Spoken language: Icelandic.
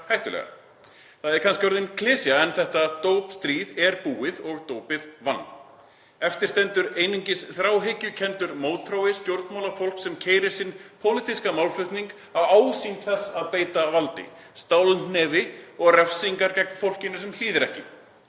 Það er kannski orðin klisja en þetta dópstríð er búið og dópið vann. Eftir stendur einungis þráhyggjukenndur mótþrói stjórnmálafólks sem keyrir sinn pólitíska málflutning á ásýnd þess að beita valdi, stálhnefa og refsingum gegn fólkinu sem hlýðir ekki.